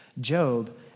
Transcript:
Job